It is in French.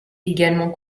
également